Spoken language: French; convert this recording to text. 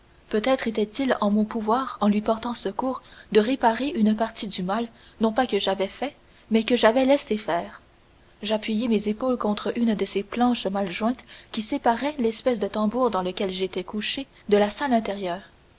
peut-être était-il en mon pouvoir en lui portant secours de réparer une partie du mal non pas que j'avais fait mais que j'avais laissé faire j'appuyai mes épaules contre une de ces planches mal jointes qui séparaient l'espèce de tambour dans lequel j'étais couché de la salle inférieure